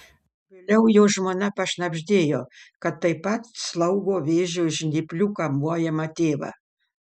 vėliau jo žmona pašnabždėjo kad taip pat slaugo vėžio žnyplių kamuojamą tėvą